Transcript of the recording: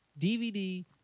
DVD